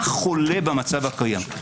מה חולה במצב הקיים.